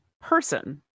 person